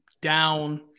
down